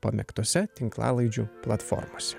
pamėgtose tinklalaidžių platformose